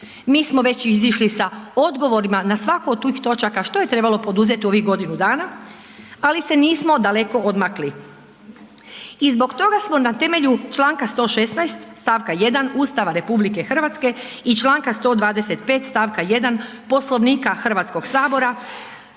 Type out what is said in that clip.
mi smo već izišli sa odgovorima na svaku od tih točaka što je trebalo poduzeti u ovih godinu dana, ali se nismo daleko odmakli. I zbog toga smo na temelju članka 116. stavka 1. Ustava RH i članka 125. stavka 1. Poslovnika Hrvatskog sabora